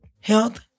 health